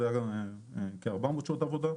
זה היה כ-400 שעות עבודה.